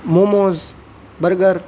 Momos burger